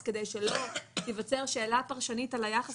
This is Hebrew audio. אז כדי שלא תיווצר שאלה פרשנית על היחס